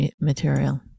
material